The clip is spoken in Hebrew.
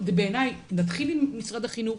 בעיניי נתחיל עם משרד החינוך,